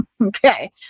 Okay